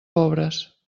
pobres